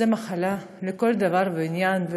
זאת מחלה לכל דבר ועניין.